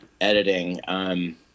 editing